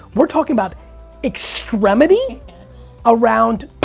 we're talking about extremity around